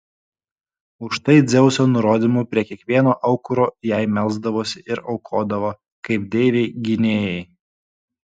už tai dzeuso nurodymu prie kiekvieno aukuro jai melsdavosi ir aukodavo kaip deivei gynėjai